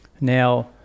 Now